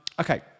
Okay